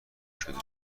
شده